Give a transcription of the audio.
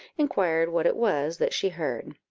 inquired what it was that she heard.